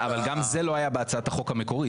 אבל גם זה לא היה בהצעת החוק המקורית